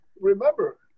remember